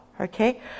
okay